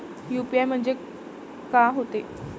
UPI म्हणजे का होते?